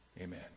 Amen